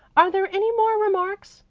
are there any more remarks?